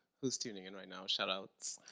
who's tuning in right now shout outs,